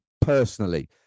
personally